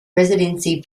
residency